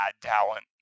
talent